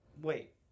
Wait